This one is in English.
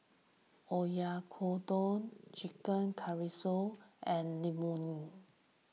Oyakodon Chicken Casserole and Imoni